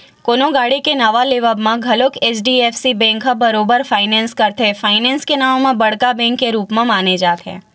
कोनो गाड़ी के नवा लेवब म घलोक एच.डी.एफ.सी बेंक ह बरोबर फायनेंस करथे, फायनेंस के नांव म बड़का बेंक के रुप माने जाथे